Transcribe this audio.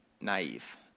naive